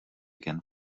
again